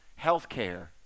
healthcare